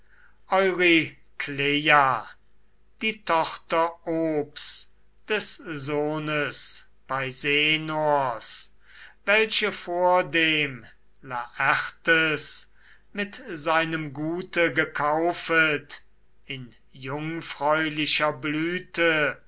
die tochter ops des sohnes peisenors welche vordem laertes mit seinem gute gekaufet in jungfräulicher blüte